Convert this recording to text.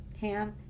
Ham